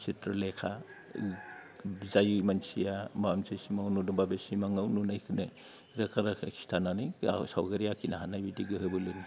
सित्रलेका जाय मानसिया मोनसे समाव सिमां नुदोब्ला बे सिमाङाव नुनायखोनो रोखा रोखा खिन्थानानै गाव सावगारि आखिनो हानाय बिदि गोहो बोलोनि